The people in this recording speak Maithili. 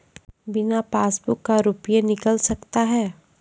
बिना पासबुक का रुपये निकल सकता हैं?